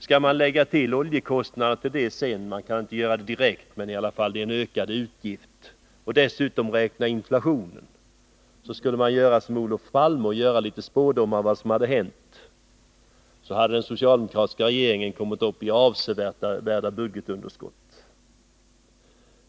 Skulle man till det lägga oljekostnaderna — man kan inte göra det direkt, men det är i alla fall en ökad utgift — samt dessutom räkna inflationen och så göra som Olof Palme, komma med litet spådomar om vad som skulle hända, så skulle den socialdemokratiska regeringen ha kommit upp i avsevärda budgetunderskott.